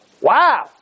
Wow